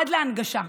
עד להנגשה,